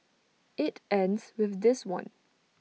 IT ends with this one